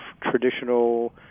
traditional